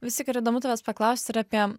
vis tik yra įdomu tavęs paklausti ir apie